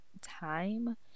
time